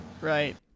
right